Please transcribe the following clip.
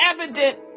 evident